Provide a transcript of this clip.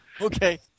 Okay